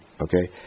okay